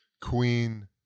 Queen